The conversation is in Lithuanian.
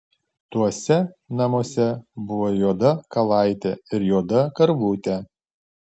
tuose namuose buvo juoda kalaitė ir juoda karvutė